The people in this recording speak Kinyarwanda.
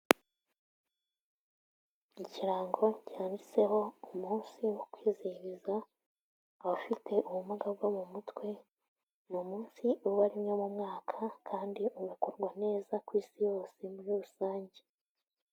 Ikirango cyanditseho umunsi wo kwizihiza abafite ubumuga bwo mu mutwe, ni umunsi uba rimwe mu mwaka kandi ugakorwa neza ku isi yose muri rusange.